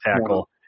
tackle